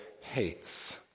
hates